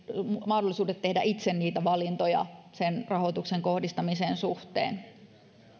mahdollisuudet tehdä itse valintoja rahoituksen kohdistamisen suhteen